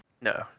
no